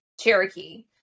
Cherokee